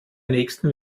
nächsten